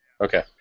Okay